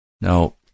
Now